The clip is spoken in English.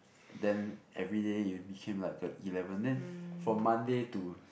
then every day it will became like a eleven and then from Monday to